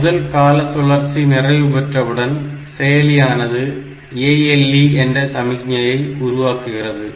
முதல் கால சுழற்சி நிறைவு பெற்றவுடன் செயலியானது ALE என்ற சமிக்ஞையை உருவாக்குகிறது